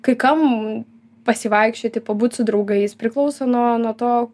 kai kam pasivaikščioti pabūt su draugais priklauso nuo nuo to